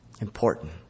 Important